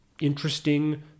interesting